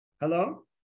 Hello